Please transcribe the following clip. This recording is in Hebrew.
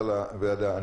ששלחת.